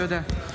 תודה.